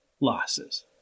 losses